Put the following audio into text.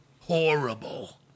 Horrible